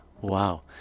wow